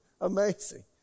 Amazing